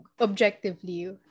objectively